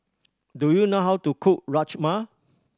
do you know how to cook Rajma